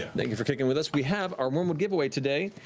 thank you for kicking with us. we have our wyrmwood giveaway today.